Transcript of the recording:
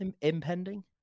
Impending